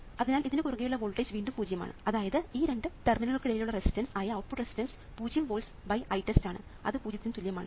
അതിനാൽ ഇതിനു കുറുകെയുള്ള വോൾട്ടേജ് വീണ്ടും പൂജ്യമാണ് അതായത് ഈ രണ്ട് ടെർമിനലുകൾക്കിടയിലുള്ള റെസിസ്റ്റൻസ് ആയ ഔട്ട്പുട്ട് റെസിസ്റ്റൻസ് 0 വോൾട്ട് ITEST ആണ് അത് പൂജ്യത്തിന് തുല്യമാണ്